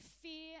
fear